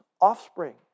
offspring